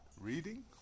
reading